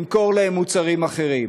למכור להם מוצרים אחרים.